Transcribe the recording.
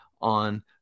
on